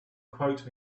quote